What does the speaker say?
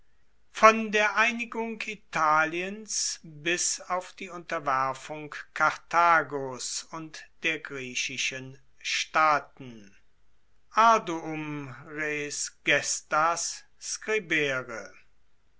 von der einigung italiens bis auf die unterwerfung karthagos und der griechischen staaten